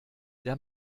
der